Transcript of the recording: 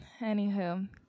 anywho